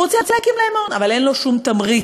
הוא רוצה להקים להם מעון, אבל אין לו שום תמריץ.